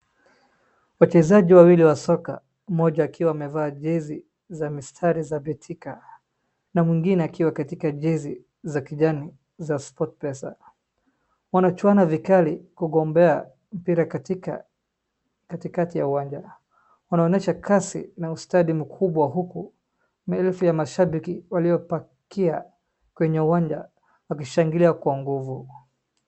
Wachezaji wawili wa soka, mmoja akiwa amevaa jezi za mistari za Betika, na mwingine akiwa katika jezi za kijani za Sportpesa. Wanachuana vikali kwa kugombea, mpira katika katikati wa uwanja. Wanaonyesha kasi na ustadi mkubwa huku, maelfu wa mashabiki waliopakia kwa uwanja wakishabikia kwa nguvu.